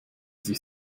sich